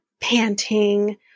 panting